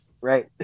right